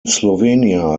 slovenia